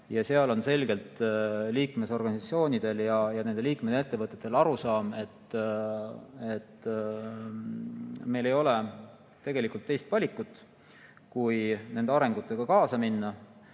Seal on selgelt [kirjas] liikmesorganisatsioonide ja nende liikmesettevõtete arusaam, et meil ei ole tegelikult teist valikut kui nende arengutega kaasa minna.